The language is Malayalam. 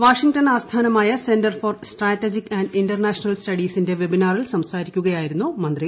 വാഷിങ്ടൺ ആസ്ഥാനമായ centre for strategic and international സ്റ്റഡീസിന്റെ വെബിനാറിൽ സംസാരിക്കുക യായിരുന്നു മന്ത്രി